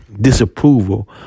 disapproval